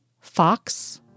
Fox